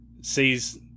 sees